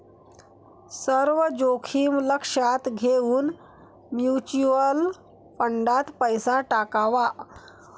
सर्व जोखीम लक्षात घेऊन म्युच्युअल फंडात पैसा टाकावा